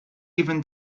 even